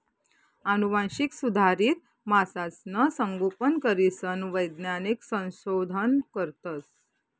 आनुवांशिक सुधारित मासासनं संगोपन करीसन वैज्ञानिक संशोधन करतस